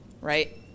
right